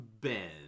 Ben